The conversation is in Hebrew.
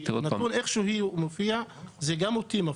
הנתון הזה כפי שהוא מופיע מפתיע גם אותי.